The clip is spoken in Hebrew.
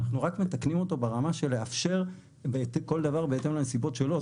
אנחנו רק מתקנים אותו ברמה של לאפשר כל דבר בהתאם לנסיבות שלו.